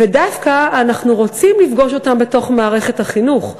ודווקא אנחנו רוצים לפגוש אותם בתוך מערכת החינוך.